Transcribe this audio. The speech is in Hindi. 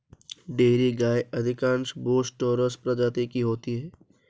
डेयरी गायें अधिकांश बोस टॉरस प्रजाति की होती हैं